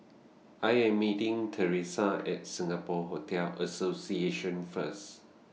I Am meeting Theresa At Singapore Hotel Association First